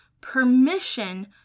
permission